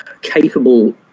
capable